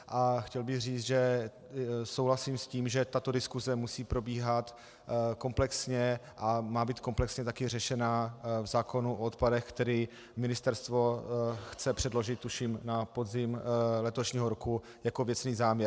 A chtěl bych říct, že souhlasím s tím, že tato diskuse musí probíhat komplexně a má být komplexně taky řešena v zákonu o odpadech, který ministerstvo chce předložit, tuším, na podzim letošního roku jako věcný záměr.